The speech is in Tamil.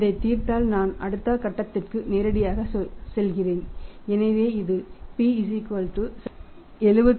இதைத் தீர்த்தால் நான் அடுத்த கட்டத்திற்கு நேரடியாகச் செல்கிறேன் எனவே இது p 75 7